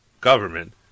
government